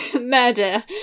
murder